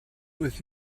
with